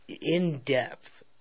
in-depth